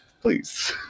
Please